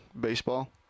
baseball